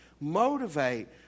motivate